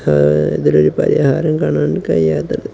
ഇതിലൊരു പരിഹാരം കാണാന് കഴിയാത്തത്